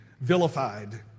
vilified